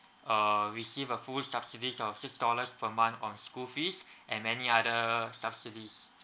uh receive a full subsidies of six dollars per month on school fees and many other subsidies